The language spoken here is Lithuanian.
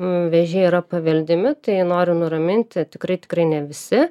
vėžiai yra paveldimi tai noriu nuraminti tikrai tikrai ne visi